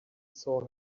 saw